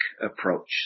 approach